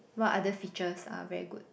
what other features are very good